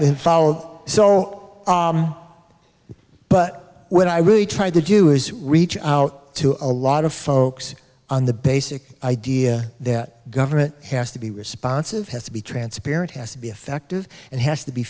fall so but what i really tried to do is reach out to a lot of folks on the basic idea that government has to be responsive has to be transparent has to be effective and has to be